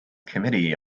committee